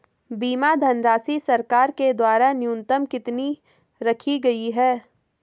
बीमा धनराशि सरकार के द्वारा न्यूनतम कितनी रखी गई है?